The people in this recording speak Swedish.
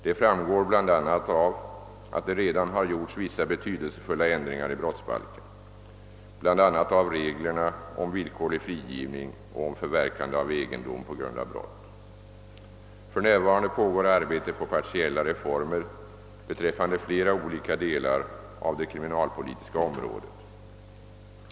Detta framgår bl a. av att det redan har gjorts vissa be tydelsefulla ändringar i brottsbalken, bl.a. av reglerna om villkorlig frigivning och om förverkande av egendom på grund av brott. För närvarande pågår arbete på partiella reformer beträffande flera olika delar av det kriminalpolitiska området.